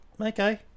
okay